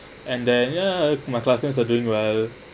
and then ya my classes are doing well